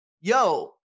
yo